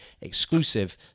exclusive